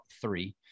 three